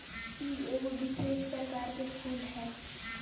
ई एगो विशेष प्रकार के फूल हई